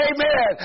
Amen